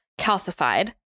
calcified